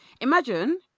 Imagine